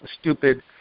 stupid